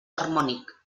harmònic